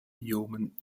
human